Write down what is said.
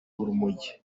urumogi